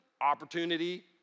opportunity